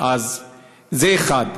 זה אחד.